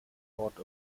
port